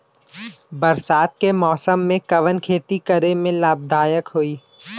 बरसात के मौसम में कवन खेती करे में लाभदायक होयी?